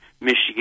Michigan